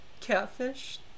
Catfish